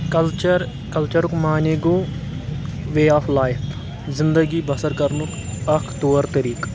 culture کلچرُک معنے گوٚو وے آف لایف زندگی بسر کرنُک اکھ طور طٔریٖقہٕ